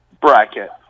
bracket